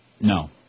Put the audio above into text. No